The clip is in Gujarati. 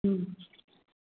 હમ